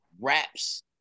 wraps